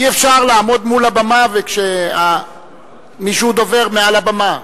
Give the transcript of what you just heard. אי-אפשר לעמוד מול הבמה כשמישהו דובר מעל הבמה.